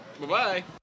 Bye-bye